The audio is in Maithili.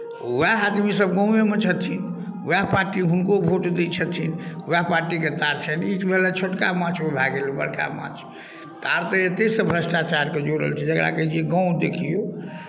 उएह आदमीसभ गामेमे छथिन उएह पार्टी हुनको भोट दैत छथिन उएह पार्टीके तार छनि ई भए गेल छोटका माछ ओ भए गेल बड़का माछ तार तऽ एतहिसँ भ्रष्टाचारके जुड़ल छै जकरा कहैत छै गाम देखियौ